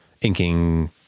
inking